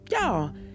y'all